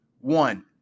one